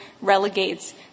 relegates –